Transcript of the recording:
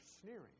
sneering